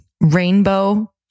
rainbow